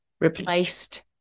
replaced